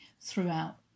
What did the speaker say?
throughout